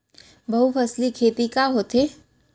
बहुफसली खेती का होथे?